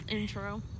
intro